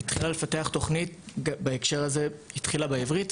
אלומה התחילה לפתח תוכנית בהקשר הזה באוניברסיטה העברית,